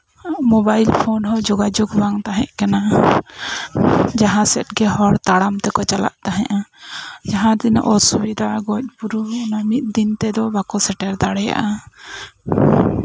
mobile phone ᱦᱚᱸ ᱡᱳᱜᱟᱡᱳᱜᱽ ᱵᱟᱝ ᱛᱟᱦᱮᱸᱠᱟᱱᱟ ᱡᱟᱦᱟᱸ ᱥᱮᱫ ᱜᱮ ᱦᱚᱲ ᱛᱟᱲᱟᱢ ᱛᱮᱠᱚ ᱪᱟᱞᱟᱜ ᱛᱟᱦᱮᱸᱫᱼᱟ ᱡᱟᱦᱟᱸ ᱛᱤᱱᱟᱹᱜ ᱚᱥᱩᱵᱤᱫᱷᱟ ᱜᱚᱡ ᱜᱩᱨᱩ ᱚᱱᱟ ᱢᱤᱫ ᱫᱤᱱ ᱛᱮᱫᱚ ᱵᱟᱠᱚ ᱥᱮᱴᱮᱨ ᱫᱟᱲᱮᱭᱟᱜᱼᱟ